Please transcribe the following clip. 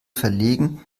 verlegen